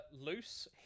Loose